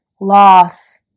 loss